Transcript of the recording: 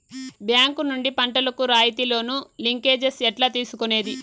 Bank నుండి పంటలు కు రాయితీ లోను, లింకేజస్ ఎట్లా తీసుకొనేది?